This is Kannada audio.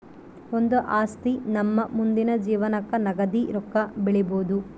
ಒಂದು ಆಸ್ತಿ ನಮ್ಮ ಮುಂದಿನ ಜೀವನಕ್ಕ ನಗದಿ ರೊಕ್ಕ ಬೆಳಿಬೊದು